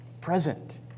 present